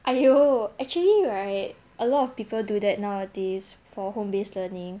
!aiyo! actually right a lot of people do that nowadays for home based learning